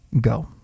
Go